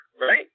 right